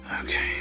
Okay